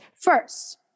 First